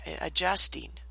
Adjusting